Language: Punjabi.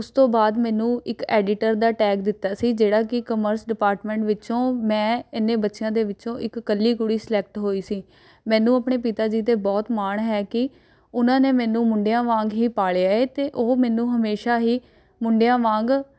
ਉਸਤੋਂ ਬਾਅਦ ਮੈਨੂੰ ਇੱਕ ਐਡੀਟਰ ਦਾ ਟੈਗ ਦਿੱਤਾ ਸੀ ਜਿਹੜਾ ਕਿ ਕਾਮਰਸ ਡਿਪਾਰਟਮੈਂਟ ਵਿੱਚੋਂ ਮੈਂ ਇੰਨੇ ਬੱਚਿਆ ਦੇ ਵਿੱਚੋਂ ਇੱਕ ਇਕੱਲੀ ਕੁੜੀ ਸਿਲੈਕਟ ਹੋਈ ਸੀ ਮੈਨੂੰ ਆਪਣੇ ਪਿਤਾ ਜੀ 'ਤੇ ਬਹੁਤ ਮਾਣ ਹੈ ਕਿ ਉਹਨਾਂ ਨੇ ਮੈਨੂੰ ਮੁੰਡਿਆਂ ਵਾਗ ਹੀ ਪਾਲਿਆ ਹੈ ਅਤੇ ਉਹ ਮੈਨੂੰ ਹਮੇਸ਼ਾ ਹੀ ਮੁੰਡਿਆਂ ਵਾਂਗ